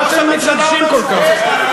מה אתם מתרגשים כל כך?